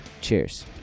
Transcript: cheers